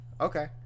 Okay